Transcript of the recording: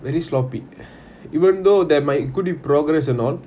really sloppy even though there might good progress and all